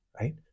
right